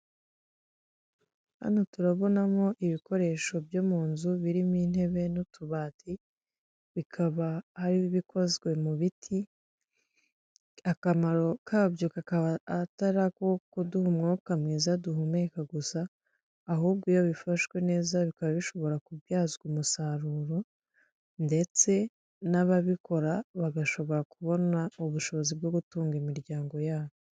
Hano turabonamo ibikoresho byo mu nzu birimo intebe n'utubati, bikaba ari ibikozwe mu biti akamaro kabyo kakaba atari ako kuduha umwuka mwiza duhumeka gusa, ahubwo iyo bifashwe neza bikaba bishobora kubyazwa umusaruro ndetse n'ababikora bagashobora kubona ubushobozi bwo gutunga imiryango yabo.